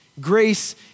Grace